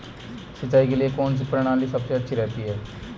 सिंचाई के लिए कौनसी प्रणाली सबसे अच्छी रहती है?